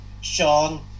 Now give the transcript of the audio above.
Sean